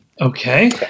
Okay